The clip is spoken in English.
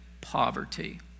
poverty